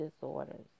disorders